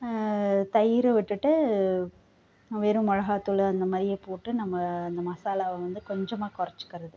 தயிரை விட்டுட்டு வெறும் மிளகாத்தூளு அந்தமாதிரியே போட்டு நம்ம இந்த மசாலாவை வந்து கொஞ்சமாக கொறைச்சிக்கிறது